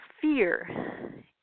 fear